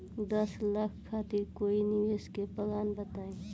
दस साल खातिर कोई निवेश के प्लान बताई?